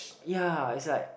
ya is like